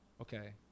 okay